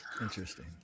Interesting